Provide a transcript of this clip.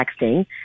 texting